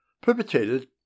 perpetrated